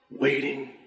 waiting